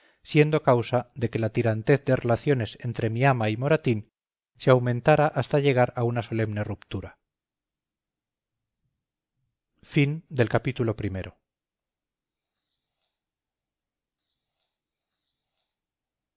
siendo causa de que la tirantez de relaciones entre mi ama y moratín se aumentara hasta llegar a una solemne ruptura ii